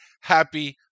happy